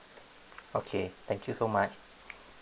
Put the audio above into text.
okay thank you so much